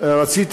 רציתי